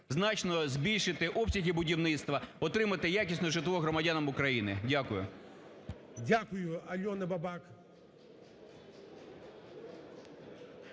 значно збільшити обсяги будівництва, отримати якісне житло громадянам України. Дякую. ГОЛОВУЮЧИЙ. Дякую. Альона Бабак.